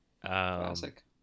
Classic